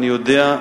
אני יודע,